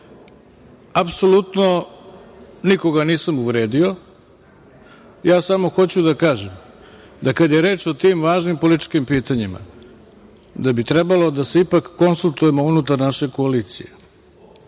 Apsolutno nikoga nisam uvredio. Samo hoću da kažem, kada je reč o tim važnim političkim pitanjima, da bi trebalo da se ipak konsultujemo unutar naše koalicije.S